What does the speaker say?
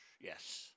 yes